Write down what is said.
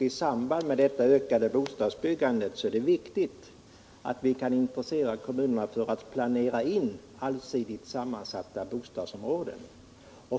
I samband med detta ökade bostadsbyggande är det viktigt att vi kan intressera kommunerna för att planera in allsidigt sammansatta bostadsområden.